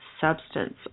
substance